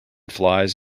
flies